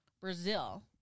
Brazil